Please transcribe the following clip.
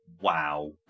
wow